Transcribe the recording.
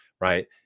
Right